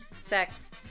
sex